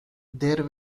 there